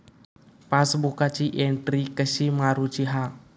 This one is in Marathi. पासबुकाची एन्ट्री कशी मारुची हा?